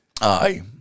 Aye